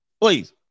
Please